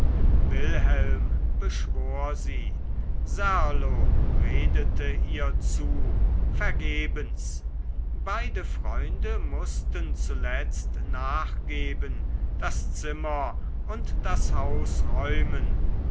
wilhelm beschwor sie serlo redete ihr zu vergebens beide freunde mußten zuletzt nachgeben das zimmer und das haus räumen